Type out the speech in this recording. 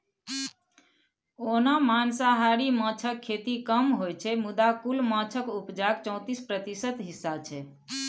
ओना मांसाहारी माछक खेती कम होइ छै मुदा कुल माछक उपजाक चौतीस प्रतिशत हिस्सा छै